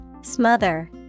Smother